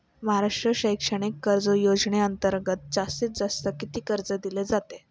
महाराष्ट्र शैक्षणिक कर्ज योजनेअंतर्गत जास्तीत जास्त किती कर्ज दिले जाते?